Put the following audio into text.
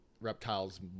reptiles